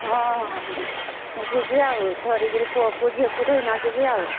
ହଁ ହଁ ଯିବି ଆଉ ଧରିକିରି ପୁଅକୁ ଝିଅକୁ ଧରିକି ଯିବି ଆଉ